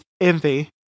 envy